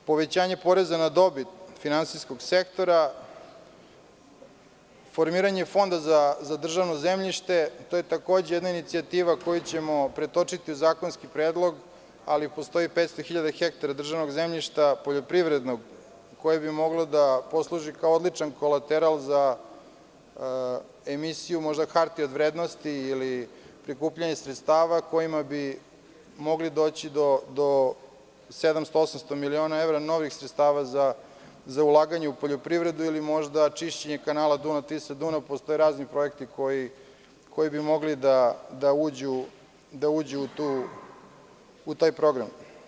Povećanje poreza na dobit finansijskog sektora, formiranje fonda za državno zemljište i to je takođe jedna inicijativa koju ćemo pretočiti u zakonski predlog, ali postoji 500.000 hektara poljoprivrednog državnog zemljišta, koje bi moglo da posluži kao odličan kolateral za emisiju hartije od vrednosti ili prikupljanje sredstava, kojima bi mogli doći do 700 ili 800 miliona evra novih sredstava za ulaganje u poljoprivredu ili možda čišćenje kanala Dunav-Tisa-Dunav, postoje razni projekti koji bi mogli da uđu u taj program.